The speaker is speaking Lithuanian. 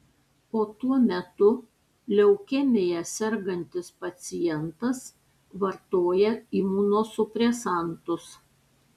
o tuo metu leukemija sergantis pacientas vartoja imunosupresantus